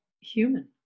human